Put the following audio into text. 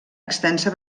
extensa